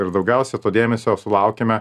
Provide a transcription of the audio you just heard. ir daugiausia to dėmesio sulaukiame